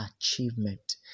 achievement